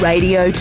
Radio